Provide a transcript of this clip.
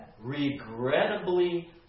Regrettably